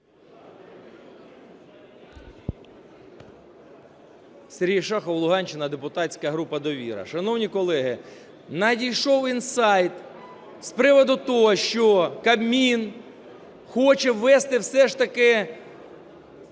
Сергій Шахов, Луганщина, депутатська група "Довіра". Шановні колеги! Надійшов інсайт з приводу того, що Кабмін хоче ввести все ж таки